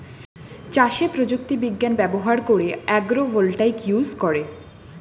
চাষে প্রযুক্তি বিজ্ঞান ব্যবহার করে আগ্রো ভোল্টাইক ইউজ করে